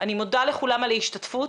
אני מודה לכולם על ההשתתפות